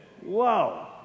Whoa